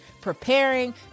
preparing